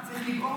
חבר הכנסת ביטן.